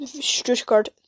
Stuttgart